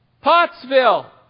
Pottsville